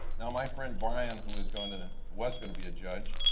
now my friend brian, who was gonna, was gonna be a judge,